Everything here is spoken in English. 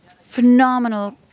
phenomenal